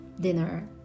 dinner